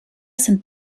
sind